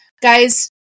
Guys